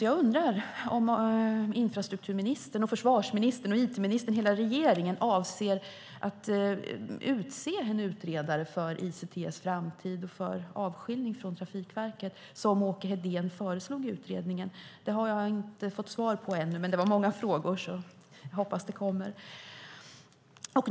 Jag undrar om infrastrukturministern, försvarsministern, it-ministern och hela regeringen avser att utse en utredare av ICT:s framtid och avskiljning från Trafikverket, som Åke Hedén föreslog i utredningen. Det har jag inte fått svar på ännu, men det var många frågor så jag hoppas att det kommer.